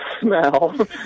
smell